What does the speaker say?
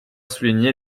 souligner